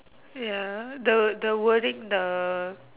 ya the the wording the